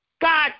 God